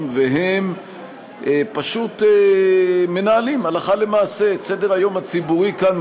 והם פשוט מנהלים הלכה למעשה את סדר-היום הציבורי כאן,